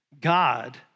God